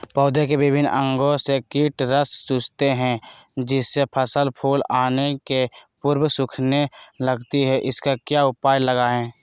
पौधे के विभिन्न अंगों से कीट रस चूसते हैं जिससे फसल फूल आने के पूर्व सूखने लगती है इसका क्या उपाय लगाएं?